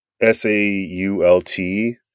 s-a-u-l-t